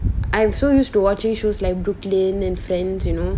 I am so used to watching shows like brooklyn and friends you know